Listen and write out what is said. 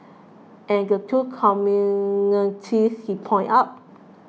and the two commonalities he pointed out